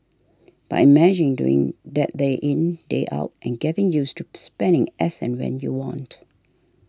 but imagine doing that day in day out and getting used to spending as and when you want